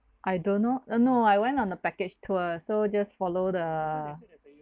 I don't know no I went on a package tour so just follow the